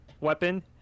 weapon